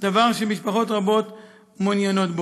דבר שמשפחות רבות מעוניינות בו.